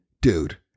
dude